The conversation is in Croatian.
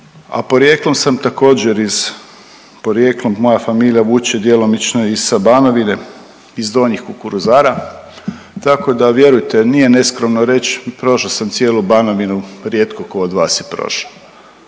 a porijeklom sam također iz, porijeklom moja familija vuče djelomično i sa Banovine iz Donjih Kukuruzara, tako da vjerujete nije neskromno reći, prošao sam cijelu Banovinu rijetko tko od vas je prošao.